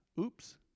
Oops